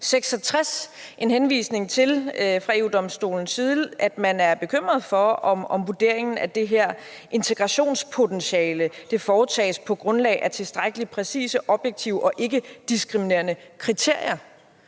66 en henvisning fra EU-Domstolens side til, at man er bekymret for, om vurderingen af det her integrationspotentiale foretages på grundlag af tilstrækkelig præcise, objektive og ikkediskriminerende kriterier.